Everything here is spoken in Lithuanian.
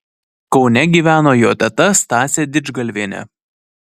kaune gyveno jo teta stasė didžgalvienė